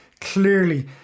clearly